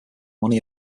money